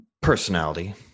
Personality